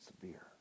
severe